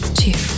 two